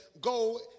go